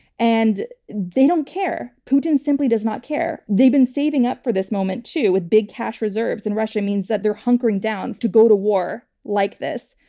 and they don't care. putin simply does not care. they've been saving up for this moment too with big cash reserves in russia. it means that they're hunkering down to go to war like this.